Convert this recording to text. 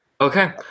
Okay